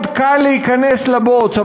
מאוד קל להיכנס לבוץ,